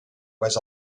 was